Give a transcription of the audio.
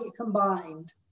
combined